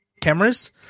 cameras